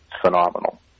phenomenal